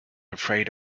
afraid